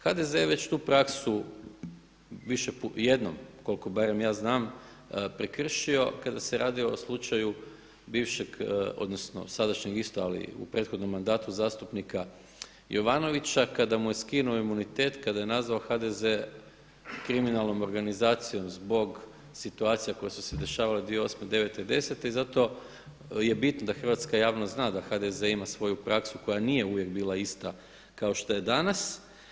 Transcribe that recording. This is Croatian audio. HDZ-e je već tu praksu jednom koliko barem ja znam prekršio kada se radi o slučaju bivšeg odnosno sadašnjeg isto ali u prethodnom mandatu zastupnika Jovanovića kada mu je skinuo imunitet, kada je nazvao HDZ-e kriminalnom organizacijom zbog situacija koje su se dešavale 2008., 9. i 10. i zato je bit da hrvatska javnost zna da HDZ-e ima svoju praksu koja nije uvijek bila ista kao što jedanas.